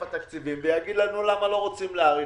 התקציבים ויגיד לנו למה לא רוצים להאריך.